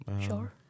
Sure